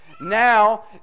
Now